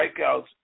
strikeouts